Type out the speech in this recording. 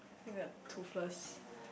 think the Toothless